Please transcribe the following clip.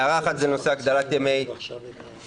הערה אחת, נושא הגדלת ימי מחלה.